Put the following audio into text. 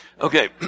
Okay